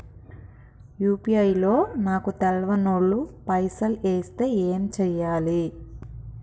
UPI లో నాకు తెల్వనోళ్లు పైసల్ ఎస్తే ఏం చేయాలి?